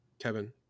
Kevin